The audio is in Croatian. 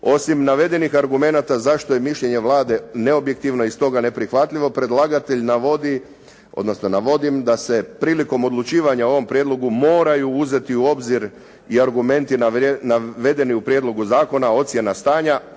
Osim navedenih argumenata zašto je mišljenje Vlade neobjektivno i stoga neprihvatljivo, predlagatelj navodi odnosno navodim da se prilikom odlučivanja o ovom prijedlogu moraju uzeti u obzir i argumenti navedeni u prijedlogu zakona, ocjena stanja,